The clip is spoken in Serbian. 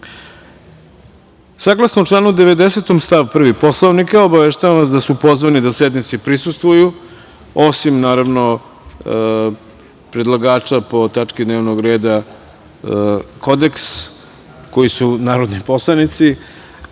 članu 90. stav 1. Poslovnika, obaveštavam vas da su pozvani da sednici prisustvuju, osim predlagača po tački dnevnog reda Kodeks, koji su narodni poslanici,